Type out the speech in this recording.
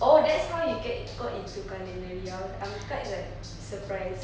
oh that's how you get got into culinary I wa~ I'm quite like surprised